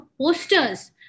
posters